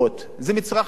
זה מצרך חיוני.